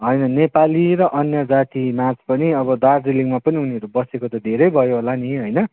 होइन नेपाली र अन्य जातिमाझ पनि अब दार्जिलिङमा पनि उनीहरू बसेको त धेरै भयो होला नि होइन